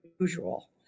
usual